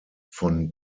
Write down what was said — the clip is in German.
von